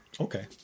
Okay